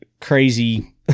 crazy